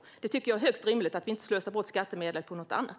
Jag tycker att det är högst rimligt att vi inte slösar bort skattemedel på något annat.